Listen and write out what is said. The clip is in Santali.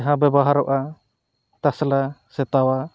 ᱡᱟᱦᱟᱸ ᱵᱮᱵᱚᱦᱟᱨᱚᱜᱼᱟ ᱛᱟᱥᱞᱟ ᱥᱮ ᱛᱟᱣᱟ